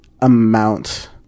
amount